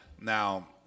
Now